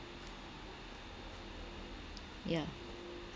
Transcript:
yeah